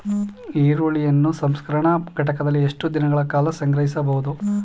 ಈರುಳ್ಳಿಯನ್ನು ಸಂಸ್ಕರಣಾ ಘಟಕಗಳಲ್ಲಿ ಎಷ್ಟು ದಿನಗಳ ಕಾಲ ಸಂಗ್ರಹಿಸಬಹುದು?